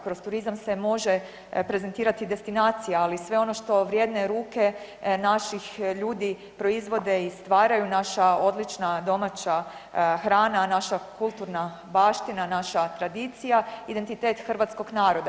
Kroz turizam se može prezentirati i destinacija, ali i sve ono što vrijedne ruke naših ljudi proizvode i stvaraju naša odlična domaća hrana, naša kulturna baština, naša tradicija, identitet hrvatskog naroda.